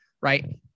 right